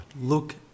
Look